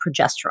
progesterone